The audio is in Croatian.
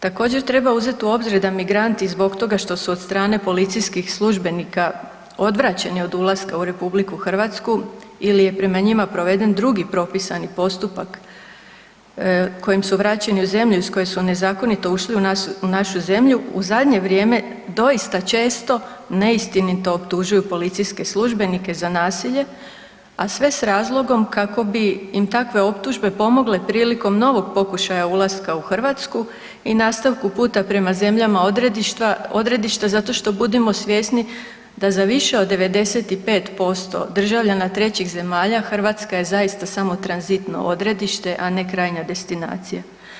Također treba uzeti u obzir da migranti zbog toga što su od strane policijskih službenika odvraćeni od ulaska u RH ili je prema njima proveden drugi propisani postupak kojim su vraćeni u zemlje iz koje su nezakonito ušli u našu zemlju u zadnje vrijeme doista često neistinito optužuju policijske službenike za nasilje, a sve s razlogom kako bi im takve optužbe pomogle prilikom novog pokušaja ulaska u Hrvatsku i nastavka puta prema zemljama odredišta zato što budimo svjesni da za više od 95% državljana trećih zemalja Hrvatska je zaista samo tranzitno odredište, a ne krajnja destinacija.